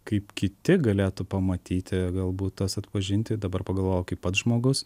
kaip kiti galėtų pamatyti galbūt tas atpažinti dabar pagalvojau kaip pats žmogus